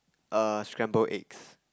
err scramble eggs